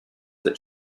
that